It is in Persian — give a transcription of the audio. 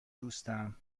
دوستم